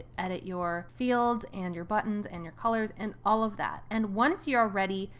edit your fields, and your buttons, and your colors and all of that. and once you're ready,